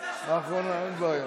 אחרונה, אין בעיה.